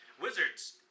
Wizards